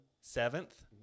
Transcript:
Seventh